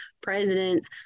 presidents